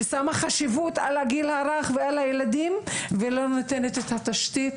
ששמה חשיבות על הגיל הרך ועל הילדים ולא נותנת את התשתית,